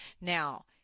Now